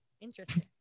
interesting